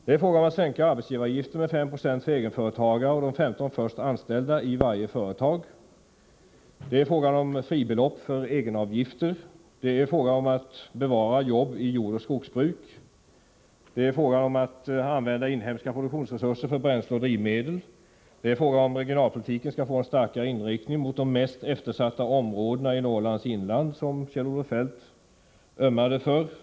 Det är fråga om att sänka arbetsgivaravgiften med 5 90 för egenföretagare och för de 15 först anställda i varje företag. Det är fråga om fribelopp för egenavgifter. Det är fråga om att bevara jobb i jordoch skogsbruk. Det är fråga om att använda inhemska produktionsresurser för bränsle och drivmedel. Det är fråga om att regionalpolitiken skall få en starkare inriktning mot de mest eftersatta områdena i Norrlands inland, som Kjell-Olof Feldt ömmade för.